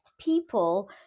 people